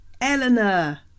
Eleanor